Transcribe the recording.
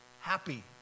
happy